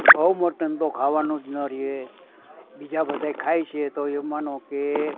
ગૌ મટન તો ખાવાનું જ ન રહે બીજા બધાં ખાય છે તો એમ માનો કે